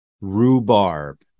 Rhubarb